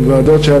עם ועדות.